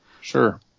Sure